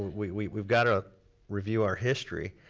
we've gotta review our history.